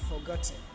forgotten